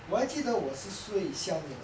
我还记得我是睡下面的